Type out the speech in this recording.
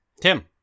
Tim